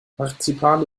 marzipan